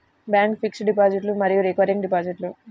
bank fixed డిపాజిట్లు మరియు recurring డిపాజిట్లు